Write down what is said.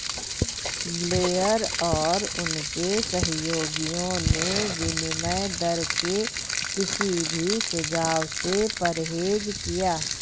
Blair और उनके सहयोगियों ने विनिमय दर के किसी भी सुझाव से परहेज किया